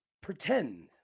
pretend